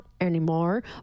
anymore